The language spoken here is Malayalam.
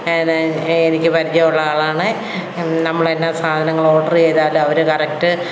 ത് എനിക്ക് പരിചയമുള്ള ആളാണെ നമ്മളെന്നാൽ സാധങ്ങൾ ഓഡർ ചെയ്താലവർ കറക്റ്റ്